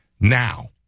Now